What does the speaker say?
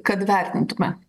kad vertintume